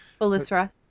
Belisra